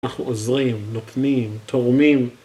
אנחנו עוזרים, נותנים, תורמים.